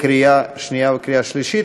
קריאה שנייה וקריאה שלישית.